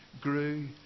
grew